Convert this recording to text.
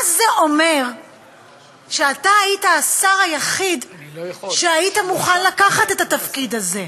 מה זה אומר שאתה היית השר היחיד שהיה מוכן לקחת את התפקיד הזה?